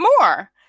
more